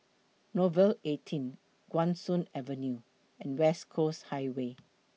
Nouvel eighteen Guan Soon Avenue and West Coast Highway